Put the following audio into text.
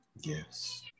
Yes